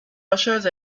rocheuses